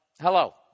Hello